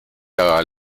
ajal